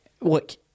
Look